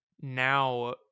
now